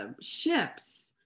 ships